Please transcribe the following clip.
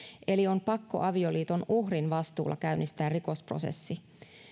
eli on pakkoavioliiton uhrin vastuulla käynnistää rikosprosessi